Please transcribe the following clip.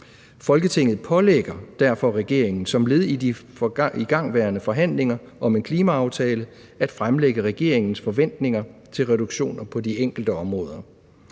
Folketinget pålægger derfor regeringen, som led i de igangværende forhandlinger om en klimaaftale, at fremlægge regeringens forventninger til reduktioner på de enkelte områder.